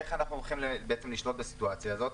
איך אנחנו הולכים בעצם לשלוט בסיטואציה הזאת?